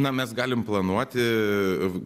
na mes galim planuoti